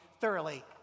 thoroughly